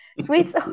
sweets